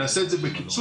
נעשה את זה בקיצור.